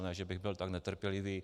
Ne že bych byl tak netrpělivý.